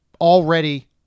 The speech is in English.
already